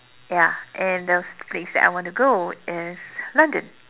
ya and those place that I want to go is London